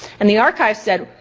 and the archives said,